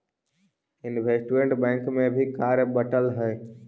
investment bank में भी कार्य बंटल हई